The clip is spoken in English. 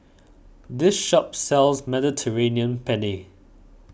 this shop sells Mediterranean Penne